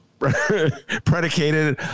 predicated